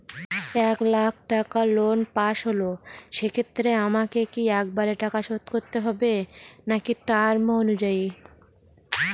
এক লাখ টাকা লোন পাশ হল সেক্ষেত্রে আমাকে কি একবারে টাকা শোধ করতে হবে নাকি টার্ম অনুযায়ী?